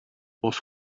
was